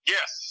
Yes